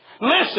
listen